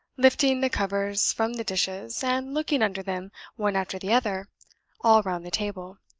lifting the covers from the dishes, and looking under them one after the other all round the table.